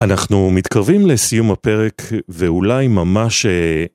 אנחנו מתקרבים לסיום הפרק ואולי ממש...